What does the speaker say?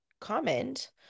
comment